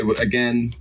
again